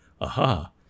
Aha